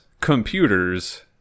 computers